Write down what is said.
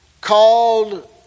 called